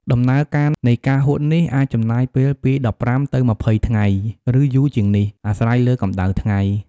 ដំណើរការនៃការហួតនេះអាចចំណាយពេលពី ១៥ ទៅ ២០ ថ្ងៃ ឬយូរជាងនេះ អាស្រ័យលើកម្ដៅថ្ងៃ។